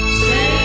say